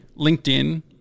linkedin